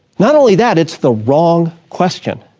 not only that, it's the wrong question.